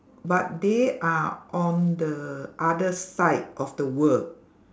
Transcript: but they are on the other side of the world